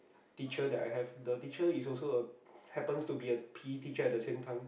teacher that I have the teacher is also a happens to be a P_T teacher at the same time